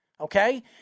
okay